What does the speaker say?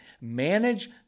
manage